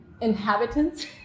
inhabitants